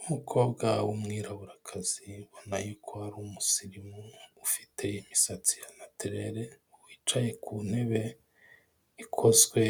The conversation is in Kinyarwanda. Umukobwa w'umwiraburakazi ubona yuko ari umusirimu, ufite imisatsi ya natireri, wicaye ku ntebe ikozwe